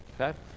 Okay